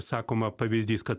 sakoma pavyzdys kad